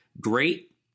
great